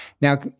Now